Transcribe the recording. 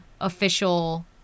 official